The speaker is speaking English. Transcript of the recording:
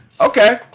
Okay